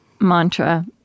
mantra